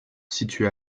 située